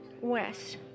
west